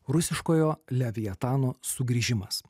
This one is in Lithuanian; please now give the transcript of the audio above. rusiškojo leviatano sugrįžimas